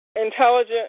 intelligent